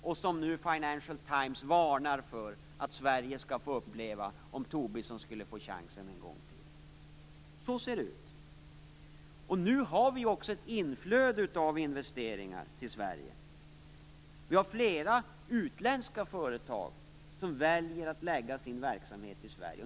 Det varnar Financial Times för att Sverige skall få uppleva om Tobisson skulle få chansen en gång till. Så ser det ut. Nu har vi också ett inflöde av investeringar till Sverige. Vi har flera utländska företag som väljer att lägga sin verksamhet i Sverige.